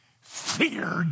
feared